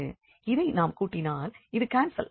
இதை நாம் கூட்டினால் இது கான்செல் ஆகும்